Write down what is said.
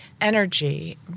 energy